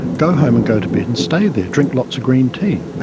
go home and go to bed and stay there drink lots of green tea